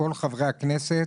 לכל חברי הכנסת,